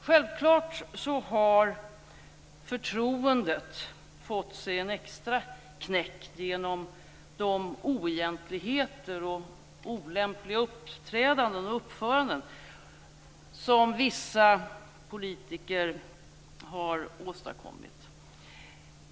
Självfallet har förtroendet fått sig en extra knäck genom de oegentligheter, olämpliga uppträdanden och uppföranden som vissa politiker har åstadkommit.